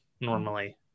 normally